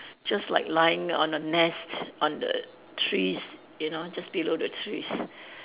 just like lying on the nest on the trees you know just below the trees